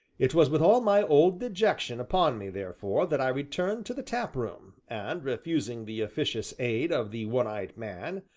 it was with all my old dejection upon me, therefore, that i returned to the tap-room, and, refusing the officious aid of the one-eyed man,